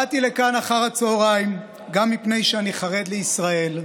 אחר הצוהריים גם מפני שאני חרד לישראל.